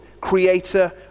Creator